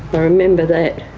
i remember that.